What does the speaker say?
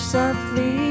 Softly